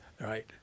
right